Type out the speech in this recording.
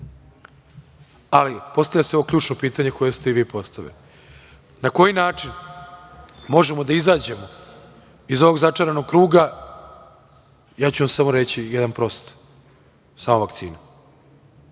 postavlja se ovo ključno pitanje koje ste i vi postavili. Na koji način možemo da izađemo iz ovog začaranog kruga. Ja ću vam samo reći jedan prost – samo vakcinom.